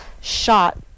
shot